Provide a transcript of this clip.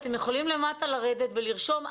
אתם יכולים למטה לרדת ולרשום,